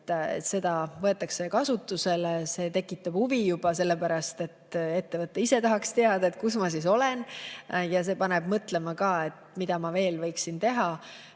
et see võetakse kasutusele. See tekitab huvi juba sellepärast, et ettevõte ise tahaks teada, kus ma siis olen, ja see paneb ka mõtlema, mida ma veel võiksin teha.